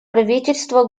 правительство